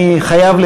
אני חייב,